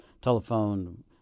telephone